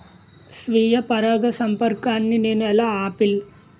స్వీయ పరాగసంపర్కాన్ని నేను ఎలా ఆపిల్?